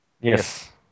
Yes